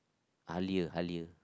Halia Halia